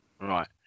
right